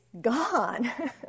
gone